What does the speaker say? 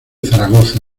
zaragoza